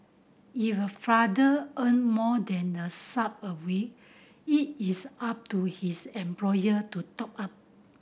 if a father earn more than the sum a week it is up to his employer to top up